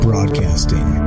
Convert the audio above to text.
Broadcasting